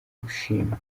gushimwa